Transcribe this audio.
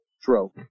stroke